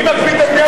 מי מקפיא את הבנייה,